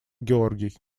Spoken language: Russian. георгий